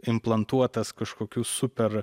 implantuotas kažkokių super